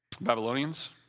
Babylonians